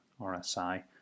RSI